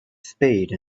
spade